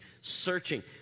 searching